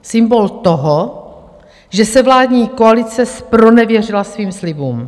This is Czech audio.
Symbol toho, že se vládní koalice zpronevěřila svým slibům.